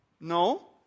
No